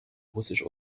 russisch